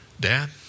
Dad